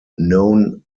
known